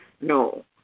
No